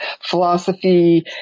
philosophy